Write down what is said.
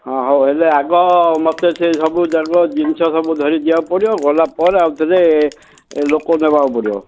ହଁ ହଉ ହେଲେ ଆଗ ମୋତେ ସେ ସବୁଯାକ ଜିନିଷ ସବୁ ଧରି ଯିବାକୁ ପଡ଼ିବ ଗଲା ପରେ ଆଉଥରେ ଲୋକ ନେବାକୁ ପଡ଼ିବ